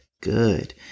good